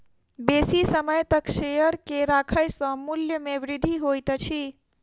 बेसी समय तक शेयर के राखै सॅ मूल्य में वृद्धि होइत अछि